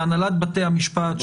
והנהלת בתי המשפט,